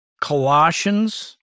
Colossians